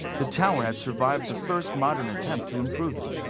the tower had survived the first modern attempt to improve it.